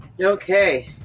Okay